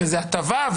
זאת הטבה,